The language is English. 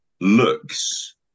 looks